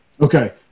okay